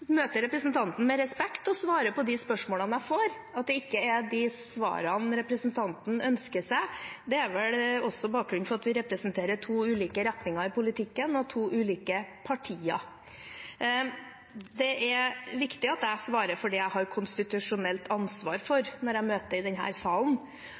representanten med respekt og svarer på de spørsmålene jeg får. At det ikke er de svarene representanten ønsker seg, er vel også bakgrunnen for at vi representerer to ulike retninger i politikken og to ulike partier. Det er viktig at jeg svarer for det jeg har konstitusjonelt ansvar